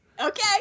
Okay